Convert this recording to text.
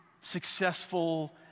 successful